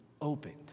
opened